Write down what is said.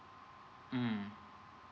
mm